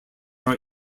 are